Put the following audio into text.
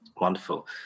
Wonderful